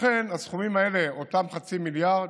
לכן הסכומים האלה, אותו חצי מיליארד,